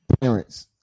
parents